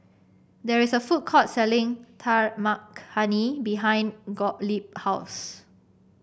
there is a food court selling Dal Makhani behind Gottlieb house